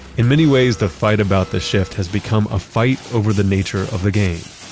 in many ways, the fight about the shift has become a fight over the nature of the game.